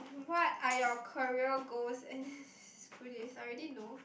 what are your career goals and screw this i already know